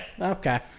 Okay